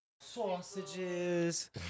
Sausages